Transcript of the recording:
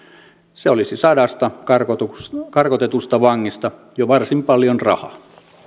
se olisi sadasta karkotetusta karkotetusta vangista jo varsin paljon rahaa